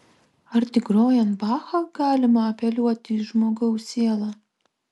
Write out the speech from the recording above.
ar tik grojant bachą galima apeliuoti į žmogaus sielą